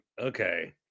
Okay